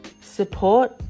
Support